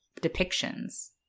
depictions